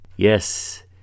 Yes